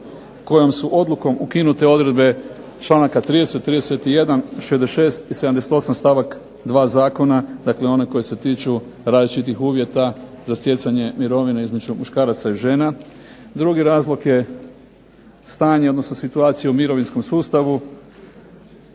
kojom su odlukom ukinute odredbe članaka 30., 31., 66. i 78. stavak 2. zakona, dakle one koji se tiču različitih uvjeta za stjecanje mirovine između muškaraca i žena. Drugi razlog je stanje, odnosno situacija u mirovinskom sustavu,